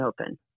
open